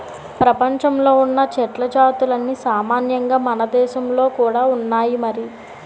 ప్రపంచంలో ఉన్న చెట్ల జాతులన్నీ సామాన్యంగా మనదేశంలో కూడా ఉన్నాయి మరి